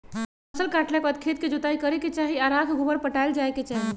फसल काटला के बाद खेत के जोताइ करे के चाही आऽ राख गोबर पटायल जाय के चाही